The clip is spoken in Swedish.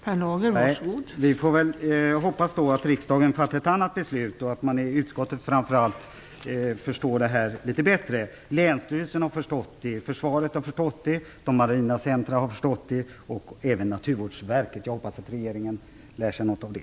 Fru talman! Vi får hoppas att riksdagen fattar ett annat beslut och att man framför allt i utskottet förstår detta litet bättre. Länsstyrelsen har förstått det. Försvaret har förstått det. De marina centrumen har förstått det, och även Naturvårdsverket. Jag hoppas att regeringen lär sig något av det.